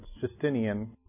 Justinian